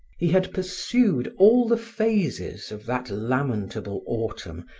he had pursued all the phases of that lamentable autumn,